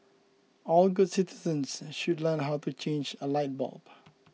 all good citizens should learn how to change a light bulb